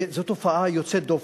זאת תופעה יוצאת דופן.